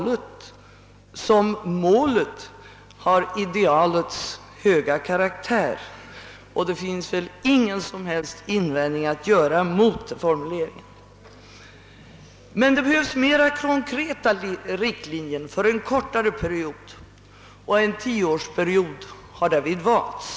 len som målet har idealets höga karak-- tär, och det finns ingen som helst invändning att göra mot formuleringen. Emellertid behövs mera konkreta riktlinjer för en kortare period, och en tioårsperiod har därvid valts.